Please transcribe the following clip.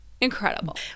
Incredible